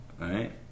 right